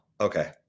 okay